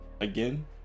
again